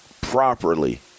properly